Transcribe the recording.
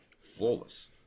flawless